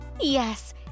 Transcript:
Yes